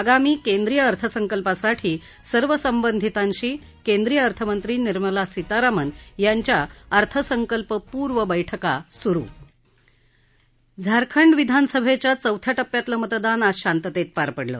आगामी केंद्रीय अर्थसंकल्पासाठी सर्व संबंधितांशी केंद्रीय अर्थमंत्री निर्मला सीतारामन यांच्या अर्थसंकल्पपूर्व बैठका सुरु झारखंड विधानसभध्या चौथ्या टप्प्यातलं मतदान आज शांततत्त्वीपार पडलं